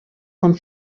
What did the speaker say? vom